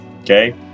okay